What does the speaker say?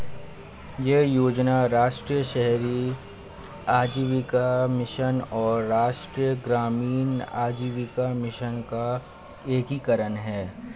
यह योजना राष्ट्रीय शहरी आजीविका मिशन और राष्ट्रीय ग्रामीण आजीविका मिशन का एकीकरण है